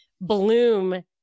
bloom